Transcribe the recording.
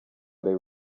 rayon